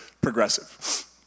progressive